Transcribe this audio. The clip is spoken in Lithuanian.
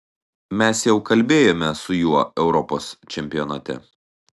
mes jau kalbėjome su juo europos čempionate